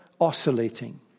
oscillating